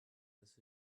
this